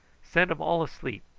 send um all asleep.